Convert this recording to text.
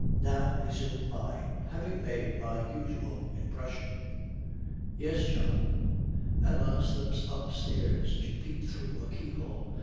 now resume mine, having made my usual impression yes, john emma slips upstairs to peep through a keyhole,